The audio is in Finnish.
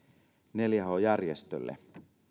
neljä h järjestölle